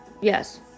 yes